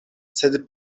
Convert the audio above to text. sed